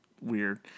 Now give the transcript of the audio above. weird